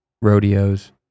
rodeos